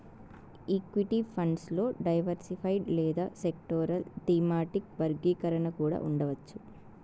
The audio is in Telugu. ఈక్విటీ ఫండ్స్ లో డైవర్సిఫైడ్ లేదా సెక్టోరల్, థీమాటిక్ వర్గీకరణ కూడా ఉండవచ్చు